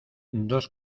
dos